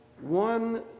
one